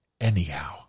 anyhow